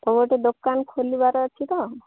କେଉଁ ଗୋଟେ ଦୋକାନ ଖୋଲିବାର ଅଛି ତ